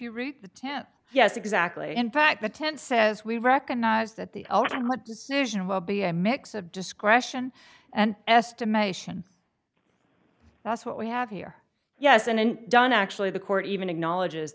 you read the ten yes exactly in fact the tenth says we recognize that the ultimate decision will be a mix of discretion and estimation that's what we have here yes and don actually the court even acknowledge